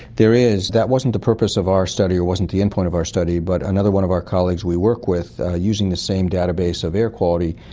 there is. that wasn't the purpose of our study or wasn't the endpoint of our study, but another one of our colleagues we work with, using the same database of air quality,